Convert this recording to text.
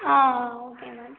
ah okay ma'am